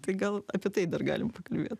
tai gal apie tai dar galim pakalbėt